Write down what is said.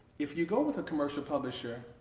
if you go with a commercial publisher,